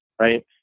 right